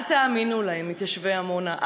אל תאמינו להם, מתיישבי עמונה.